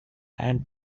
and